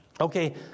Okay